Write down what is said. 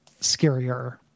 scarier